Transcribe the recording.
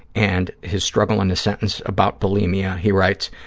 and his struggle in a sentence about bulimia, he writes,